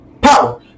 Power